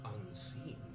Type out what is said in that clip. unseen